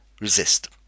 resist